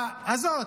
הזאת.